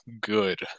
good